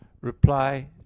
Reply